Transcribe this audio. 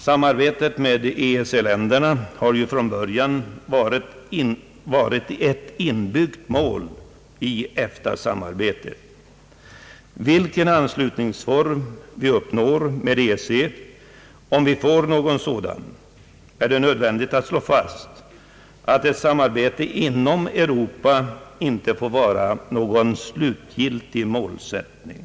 Samarbetet med EEC-länderna har ju från början varit ett inbyggt mål i EFTA arbetet. Vilken form en eventuell anslutning till EEC än får, är det nödvändigt att slå fast att samarbete inom Europa inte får vara någon slutgiltig målsättning.